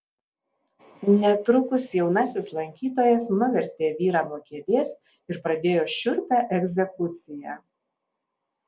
netrukus jaunasis lankytojas nuvertė vyrą nuo kėdės ir pradėjo šiurpią egzekuciją